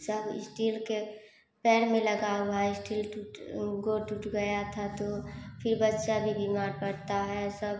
सब इस्टील के पैर में लगा हुआ है इस्टील टूट गोड़ टूट गया था तो फिर बच्चा भी बीमार पड़ता है सब